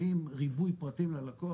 האם ריבוי פרטים ללקוח,